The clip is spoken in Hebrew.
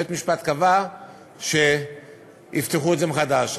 בית-המשפט קבע שיפתחו את זה מחדש.